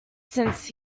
since